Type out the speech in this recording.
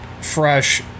fresh